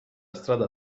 strada